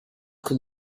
could